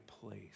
place